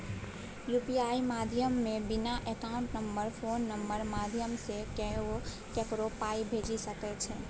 UPI माध्यमे बिना account number phone नंबरक माध्यमसँ केओ ककरो पाइ भेजि सकै छै